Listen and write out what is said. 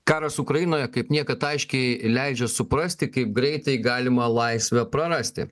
karas ukrainoje kaip niekad aiškiai leidžia suprasti kaip greitai galima laisvę prarasti